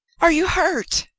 are you hurt?